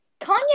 Kanye